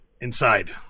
inside